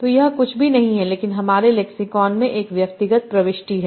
तो यह कुछ भी नहीं है लेकिन हमारे लेक्सिकॉन में एक व्यक्तिगत प्रविष्टि है